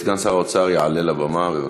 סגן שר האוצר יעלה לבמה, בבקשה.